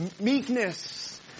meekness